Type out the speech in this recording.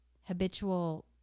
habitual